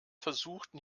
versuchten